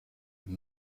and